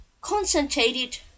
concentrated